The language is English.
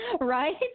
Right